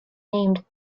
named